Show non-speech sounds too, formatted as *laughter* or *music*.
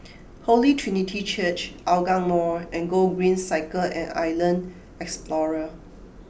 *noise* Holy Trinity Church Hougang Mall and Gogreen Cycle at Island Explorer